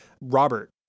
Robert